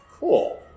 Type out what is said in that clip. cool